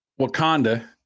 Wakanda